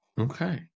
Okay